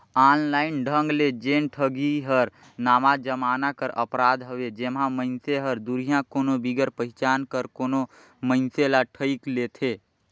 online ढंग ले जेन ठगी हर नावा जमाना कर अपराध हवे जेम्हां मइनसे हर दुरिहां कोनो बिगर पहिचान कर कोनो मइनसे ल ठइग लेथे